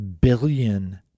billion